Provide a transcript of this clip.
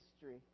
history